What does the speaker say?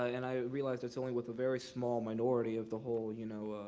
and i realize that's only with a very small minority of the whole, you know.